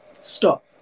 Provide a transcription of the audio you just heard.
stop